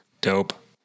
Dope